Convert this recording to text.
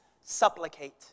supplicate